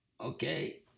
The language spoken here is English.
Okay